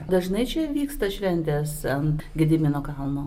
dažnai čia vyksta šventės ant gedimino kalno